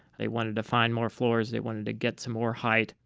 they wanted to find more floors, they wanted to get some more height.